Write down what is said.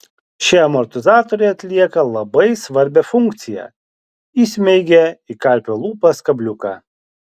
šie amortizatoriai atlieka labai svarbią funkciją įsmeigia į karpio lūpas kabliuką